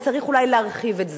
וצריך אולי להרחיב את זה.